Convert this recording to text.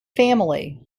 family